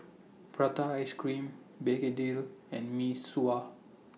Prata Ice Cream Begedil and Mee Sua